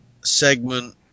segment